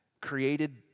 created